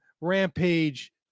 Rampage